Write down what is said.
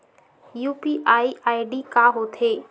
UPI ID का होथे?